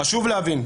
חשוב להבין.